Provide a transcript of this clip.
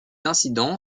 incident